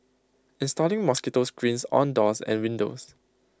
installing mosquito screens on doors and windows